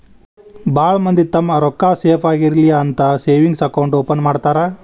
ಭಾಳ್ ಮಂದಿ ತಮ್ಮ್ ರೊಕ್ಕಾ ಸೇಫ್ ಆಗಿರ್ಲಿ ಅಂತ ಸೇವಿಂಗ್ಸ್ ಅಕೌಂಟ್ ಓಪನ್ ಮಾಡ್ತಾರಾ